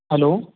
hello